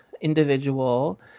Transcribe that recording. individual